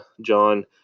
John